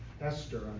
Esther